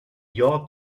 your